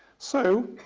so